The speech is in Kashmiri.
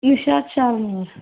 نِشاط شالمٲر